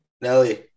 Nelly